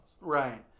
right